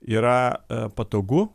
yra patogu